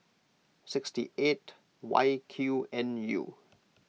six eight Y Q N U